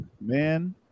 man